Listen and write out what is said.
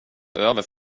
över